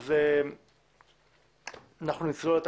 אנחנו נצלול לתקנות.